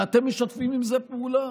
ואתם משתפים עם זה פעולה.